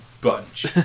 bunch